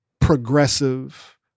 progressive